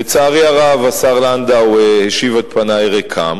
לצערי הרב, השר לנדאו השיב את פני ריקם.